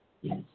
Yes